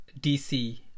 DC